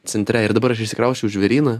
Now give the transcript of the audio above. centre ir dabar aš išsikrausčiau į žvėryną